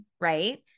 right